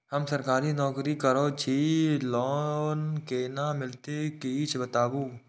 हम सरकारी नौकरी करै छी लोन केना मिलते कीछ बताबु?